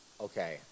Okay